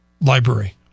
library